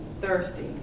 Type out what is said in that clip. thirsty